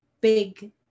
big